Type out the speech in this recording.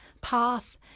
path